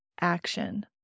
action